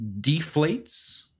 deflates